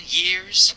years